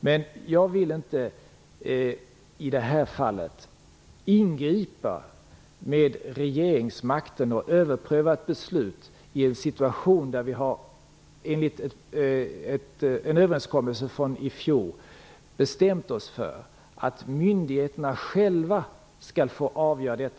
Men i det här fallet vill jag inte ingripa med regeringsmakten och överpröva ett beslut i en situation där vi, enligt en överenskommelse från i fjol, har bestämt oss för att myndigheterna själva skall få avgöra detta.